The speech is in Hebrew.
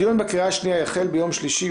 4. הדיון בקריאה השנייה יחל ביום שלישי,